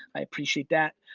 i appreciate that.